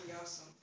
awesome